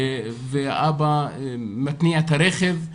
אבא מתניע את הרכב,